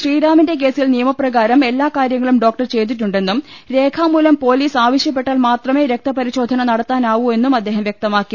ശ്രീറാമിന്റെ കേസിൽ നിയ മപ്രകാരം എല്ലാ കാര്യങ്ങളും ഡോക്ടർ ചെയ്തിട്ടുണ്ടെന്നും രേഖാമൂലം പൊലീസ് ആവശ്യപ്പെട്ടാൽ മാത്രമേ രക്തപരിശോധന നടത്താനാവൂ എന്നും അദ്ദേഹം വൃക്തമാക്കി